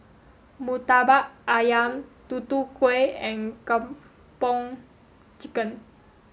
Murtabak Ayam Tutu Kueh and Kung Po Chicken